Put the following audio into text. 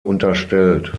unterstellt